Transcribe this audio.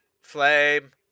Flame